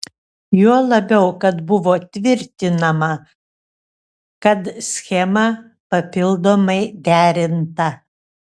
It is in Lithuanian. juo labiau kad buvo tvirtinama kad schema papildomai derinta